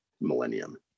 millennium